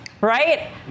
right